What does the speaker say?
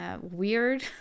weird